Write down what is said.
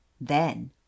then